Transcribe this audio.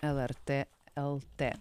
lrt lt